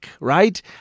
right